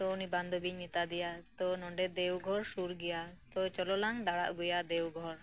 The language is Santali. ᱛᱚ ᱩᱱᱤ ᱵᱟᱱᱫᱷᱚᱵᱤᱧ ᱢᱮᱛᱟ ᱫᱮᱭᱟ ᱛᱚ ᱱᱚᱰᱮ ᱫᱮᱣᱜᱷᱚᱨ ᱥᱩᱨ ᱜᱮᱭᱟ ᱛᱚ ᱪᱚᱞᱚ ᱞᱟᱝ ᱫᱟᱬᱟ ᱟᱜᱩᱭᱟ ᱫᱮᱣᱜᱷᱚᱨ